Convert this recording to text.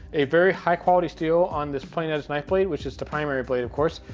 a very high quality steel on this plain edge knife blade, which is the primary blade, of course.